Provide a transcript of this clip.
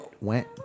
went